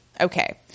Okay